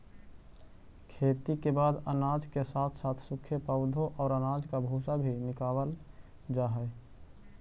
खेती के बाद अनाज के साथ साथ सूखे पौधे और अनाज का भूसा भी निकावल जा हई